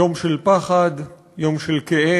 יום של פחד, יום של כאב.